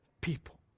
people